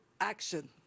action